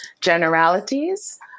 generalities